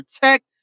protect